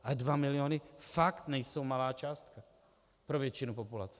Ale dva miliony fakt nejsou malá částka pro většinu populace.